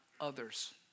others